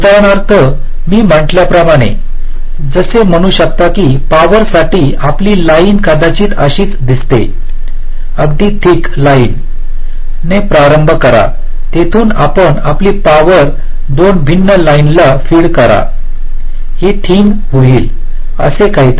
उदाहरणार्थ मी म्हटल्याप्रमाणे जसे म्हणू शकता की पॉवर साठी आपली लाईन कदाचित अशीच दिसते अगदी थिक लाईन ने प्रारंभ करा तिथून आपण आपली पॉवर दोन भिन्न लाईनला फीड करा हे थिन होईल असे काहीतरी